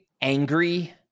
angry